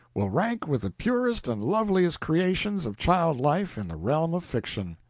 will rank with the purest and loveliest creations of child-life in the realm of fiction.